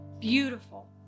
beautiful